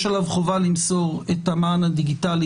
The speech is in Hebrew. יש עליו חובה למסור את המען הדיגיטלי,